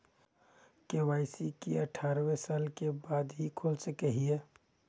KYC की अठारह साल के बाद ही खोल सके हिये?